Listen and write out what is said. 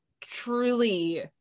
truly